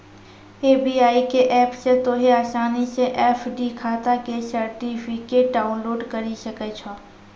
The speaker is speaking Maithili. एस.बी.आई के ऐप से तोंहें असानी से एफ.डी खाता के सर्टिफिकेट डाउनलोड करि सकै छो